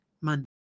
Monday